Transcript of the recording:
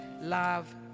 love